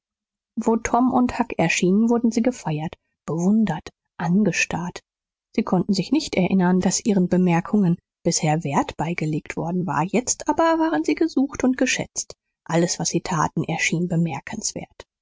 wo tom und huck erschienen wurden sie gefeiert bewundert angestarrt sie konnten sich nicht erinnern daß ihren bemerkungen bisher wert beigelegt worden war jetzt aber waren sie gesucht und geschätzt alles was sie taten erschien bemerkenswert